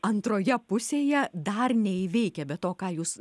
antroje pusėje dar neįveikia be to ką jūs